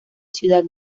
ciudad